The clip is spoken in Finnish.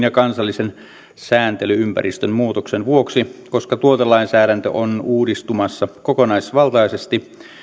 ja kansallisen sääntely ympäristön muutoksen vuoksi koska tuotelainsäädäntö on uudistumassa kokonaisvaltaisesti